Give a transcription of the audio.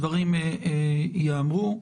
דברים ייאמרו.